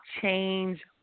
change